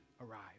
arrive